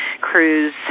crews